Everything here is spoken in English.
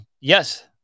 Yes